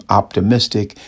optimistic